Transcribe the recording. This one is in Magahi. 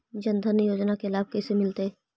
जन धान योजना के लाभ कैसे मिलतै?